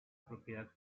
propiedad